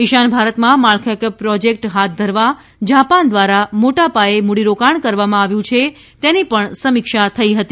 ઇશાન ભારતમાં માળખાંકીય પ્રોજેક્ટ હાથ ધવા જાપાન દ્વારા મોટાપાયે મૂડીરોકાણ કરવામાં આવ્યું છે તેની પણ સમીક્ષા થઇ હતી